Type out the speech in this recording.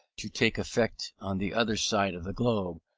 to take effect on the other side of the globe,